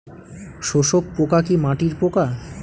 শোষক পোকা কি মাটির পোকা?